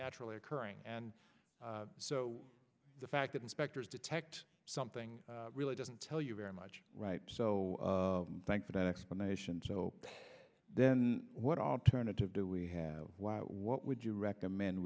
naturally occurring and so the fact that inspectors detect something really doesn't tell you very much right so thanks for that explanation so then what alternative do we have what would you recommend